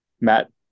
Matt